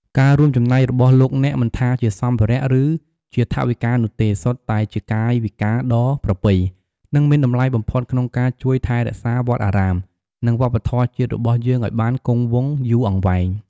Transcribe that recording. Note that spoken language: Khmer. ការរួមចំណែករបស់លោកអ្នក មិនថាជាសម្ភារៈ ឬជាថវិកានោះទេ សុទ្ធតែជាកាយវិការដ៏ប្រពៃ និងមានតម្លៃបំផុតក្នុងការជួយថែរក្សាវត្តអារាម និងវប្បធម៌ជាតិរបស់យើងឱ្យបានគង់វង្សយូរអង្វែង។